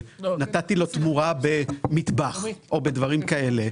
שנתתי לו תמורה במטבח או בדברים כאלה,